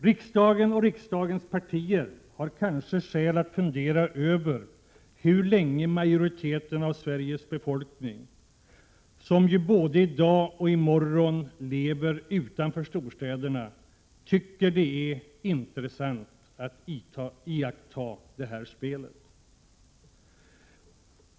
Riksdagen och riksdagens partier har kanske skäl att fundera över hur länge majoriteten av Sveriges befolkning — som ju både i dag och i morgon lever utanför storstäderna — tycker det är intressant att iaktta spelet.